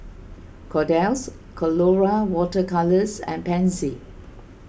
Kordel's Colora Water Colours and Pansy